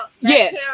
yes